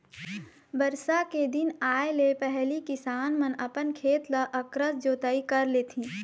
बरसा के दिन आए ले पहिली किसान मन अपन खेत ल अकरस जोतई कर लेथे